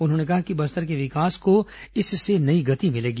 उन्होंने कहा कि बस्तर के विकास को इससे नई गति मिलेगी